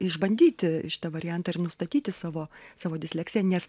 išbandyti šitą variantą ir nustatyti savo savo disleksiją nes